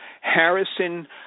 Harrison